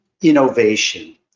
innovation